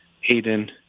Hayden